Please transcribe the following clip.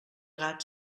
gat